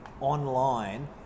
online